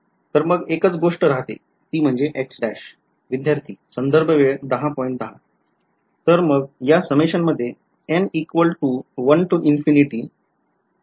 तर मग एकच गोष्ट राहते ती म्हणजे X विध्यार्थी तर मग या summation मध्ये n equal to 1 to infinity